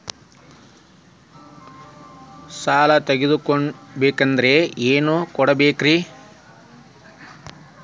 ಸಾಲ ತೊಗೋಬೇಕಂದ್ರ ಏನೇನ್ ಕೊಡಬೇಕ್ರಿ?